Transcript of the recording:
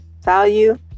value